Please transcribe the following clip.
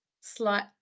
slight